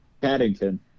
Paddington